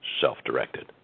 self-directed